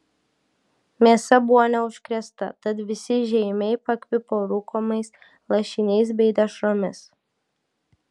mėsa buvo neužkrėsta tad visi žeimiai pakvipo rūkomais lašiniais bei dešromis